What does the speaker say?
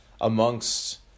amongst